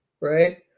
right